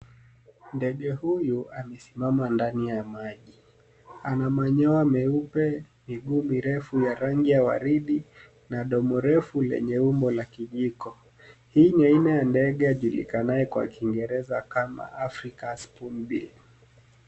Ndege huyu amesimama ndani ya maji. Ana manyoya meupe, miguu mirefu ya rangi ya waridi na domo refu lenye umbo la kijiko. Hii ni aina ya ndege ajulikanaye kwa Kingereza kama Africa's Spoonbill .